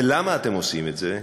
ולמה אתם עושים את זה?